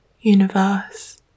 universe